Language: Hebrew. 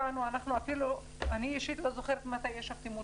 אפילו אני אישית לא זוכרת מתי ישבתי מול